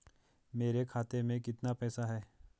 मेरे खाते में कितना पैसा है?